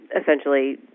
essentially